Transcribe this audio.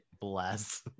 bless